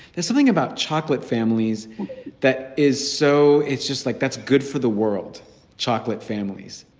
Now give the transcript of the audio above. there's something about chocolate families that is so it's just like that's good for the world chocolate families,